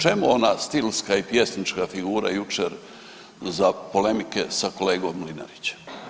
Čemu ona stilska i pjesnička figura jučer za polemike sa kolegom Mlinarićem?